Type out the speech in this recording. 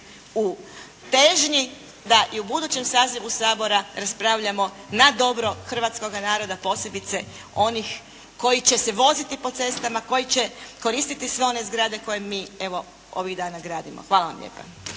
u težnji da i u budućem sazivu Sabora raspravljamo na dobro hrvatskoga naroda, posebice onih koji će se voziti po cestama, koji će koristiti sve one zgrade koje mi evo, ovih dana gradimo. Hvala vam lijepa.